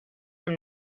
from